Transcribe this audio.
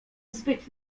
zbyt